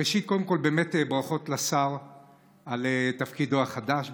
ראשית, קודם כול, באמת ברכות לשר על תפקידו החדש.